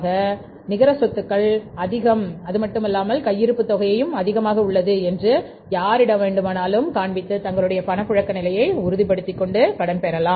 எங்கள் நிகர சொத்துக்கள் அதிகம் அதுமட்டுமல்லாமல் கையிருப்பு தொகையை அதிகமாக உள்ளது என்று யாரிடம் வேண்டுமானாலும் காண்பித்து தங்களுடைய பணப்புழக்க நிலையை உறுதிப்படுத்திக் கொள்ளலாம்